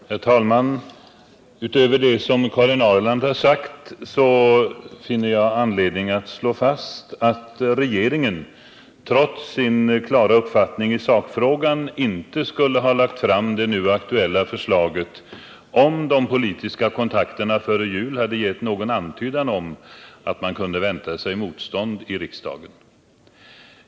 Herr talman! Utöver det som Karin Ahrland har sagt finner jag anledning att slå fast att regeringen trots sin klara uppfattning i sakfrågan inte skulle ha lagt fram det nu aktuella förslaget, om de politiska kontakterna före jul hade gett någon antydan om att man kunde vänta sig motstånd i riksdagen.